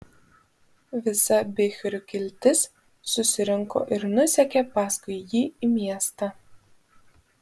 visa bichrių kiltis susirinko ir nusekė paskui jį į miestą